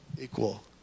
equal